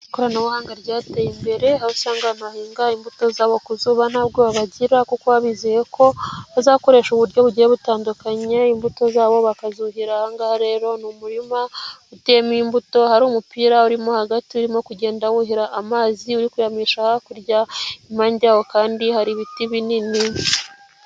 ikoranabuhanga ryateye imbere aho usanga abantu bahinga imbuto zabo ku zuba ntabwoba bagira kuko bizeye ko bazakoresha uburyo bugiye butandukanye imbuto zabo bakazuhira, ahangaha rero i umurima uteyemo imbuto, hari umupira urimo hagati urimo kugenda wuhira amazi uri kuyamisha hakurya, impande yaho kandi hari ibiti binini.